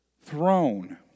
throne